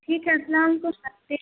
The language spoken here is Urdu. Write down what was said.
ٹھیک ہے السلام علیکم